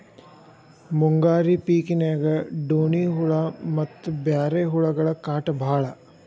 ಮುಂಗಾರಿ ಪಿಕಿನ್ಯಾಗ ಡೋಣ್ಣಿ ಹುಳಾ ಮತ್ತ ಬ್ಯಾರೆ ಹುಳಗಳ ಕಾಟ ಬಾಳ